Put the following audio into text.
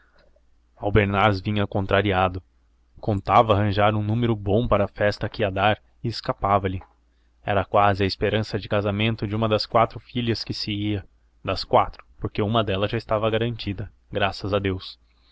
albernaz vinha contrariado contava arranjar um número bom para a festa que ia dar e escapavalhe era quase a esperança de casamento de uma das quatro filhas que se ia das quatro porque uma delas já estava garantida graças a deus